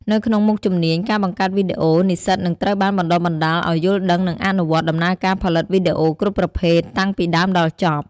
នៅក្នុងមុខជំនាញ ការបង្កើតវីដេអូ និស្សិតនឹងត្រូវបានបណ្ដុះបណ្ដាលឲ្យយល់ដឹង និងអនុវត្ត ដំណើរការផលិតវីដេអូគ្រប់ប្រភេទ តាំងពីដើមដល់ចប់។